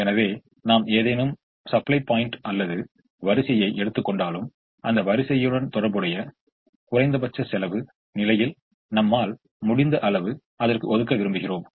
எனவே நாம் ஏதேனும் சப்ளை பாயிண்ட் அல்லது எந்த வரிசையையும் எடுத்துக் கொண்டாலும் அந்த வரிசையுடன் தொடர்புடைய குறைந்தபட்ச செலவு நிலையில் நம்மால் முடிந்த அளவு அதற்கு ஒதுக்க விரும்புகிறோம்